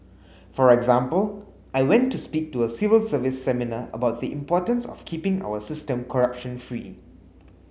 for example I went to speak to a civil service seminar about the importance of keeping our system corruption free